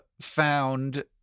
found –